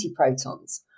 antiprotons